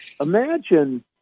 Imagine